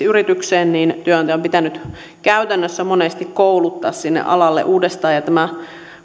yritykseen työnantajan on pitänyt käytännössä monesti kouluttaa alalle uudestaan ja tämä